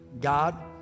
God